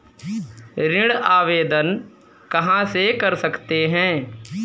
ऋण आवेदन कहां से कर सकते हैं?